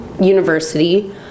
university